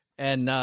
and, ah,